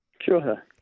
Sure